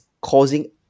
causing